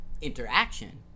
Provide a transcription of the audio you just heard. interaction